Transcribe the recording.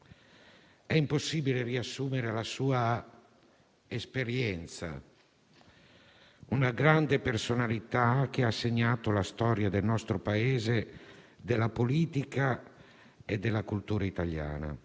Un uomo convinto di essere stato un protagonista e un costruttore di un grande percorso politico: il partito nuovo di Togliatti.